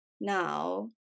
now